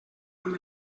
amb